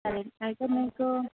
అవన్నీ అయితే మీకు